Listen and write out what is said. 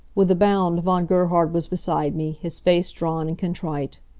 with a bound von gerhard was beside me, his face drawn and contrite.